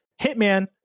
Hitman